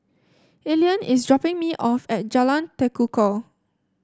Elian is dropping me off at Jalan Tekukor